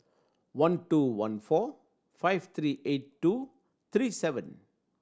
one two one four five three eight two three seven